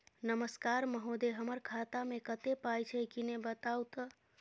नमस्कार महोदय, हमर खाता मे कत्ते पाई छै किन्ने बताऊ त?